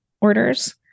orders